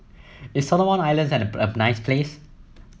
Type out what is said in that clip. is Solomon Islands a nice place